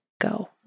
go